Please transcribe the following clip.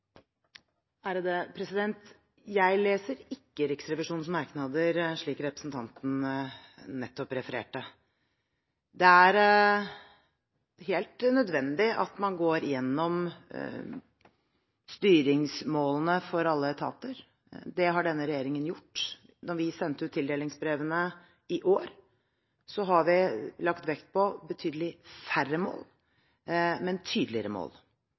smartare parametrar? Jeg leser ikke Riksrevisjonens merknader slik representanten Fylkesnes nettopp refererte. Det er helt nødvendig at man går igjennom styringsmålene for alle etater. Det har denne regjeringen gjort. I tildelingsbrevene vi sendte ut i år, har vi lagt vekt på betydelig færre mål – men tydeligere mål.